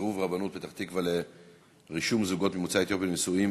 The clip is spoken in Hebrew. סירוב רבנות פתח-תקווה לרשום זוגות ממוצא אתיופי לנישואין,